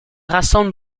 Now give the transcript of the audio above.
rassemble